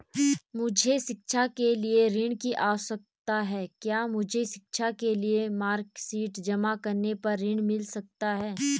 मुझे शिक्षा के लिए ऋण की आवश्यकता है क्या मुझे शिक्षा के लिए मार्कशीट जमा करने पर ऋण मिल सकता है?